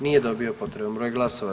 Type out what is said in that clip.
Nije dobio potreban broj glasova.